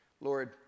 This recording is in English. Lord